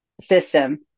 system